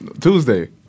Tuesday